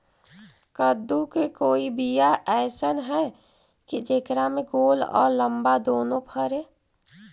कददु के कोइ बियाह अइसन है कि जेकरा में गोल औ लमबा दोनो फरे?